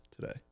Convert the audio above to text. today